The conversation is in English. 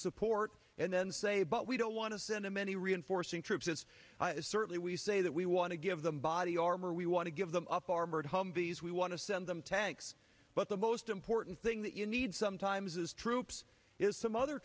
support and then say but we don't want to send them any reinforcing troops is certainly we say that we want to give them body armor we want to give them up armored humvees we want to send them tanks but the most important thing that you need sometimes is troops is some other